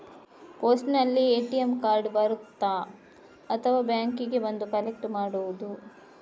ಪೋಸ್ಟಿನಲ್ಲಿ ATM card ಬರುತ್ತಾ ಅಥವಾ ಬ್ಯಾಂಕಿಗೆ ಬಂದು ಕಲೆಕ್ಟ್ ಮಾಡುವುದು?